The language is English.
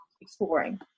exploring